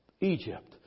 Egypt